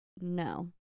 No